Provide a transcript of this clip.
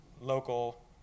local